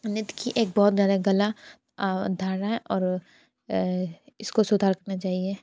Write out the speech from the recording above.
नृत्य की एक बहुत ज़्यादा गलत धारणा है और इसको सुधार करना चाहिए